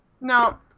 No